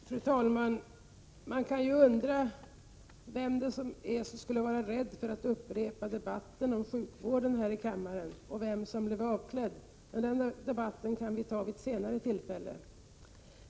Fru talman! Man kan ju undra vem det är som skulle vara rädd för att upprepa debatten om sjukvården här i kammaren och vem som då blev avklädd. Men den debatten kan vi ta vid ett senare tillfälle.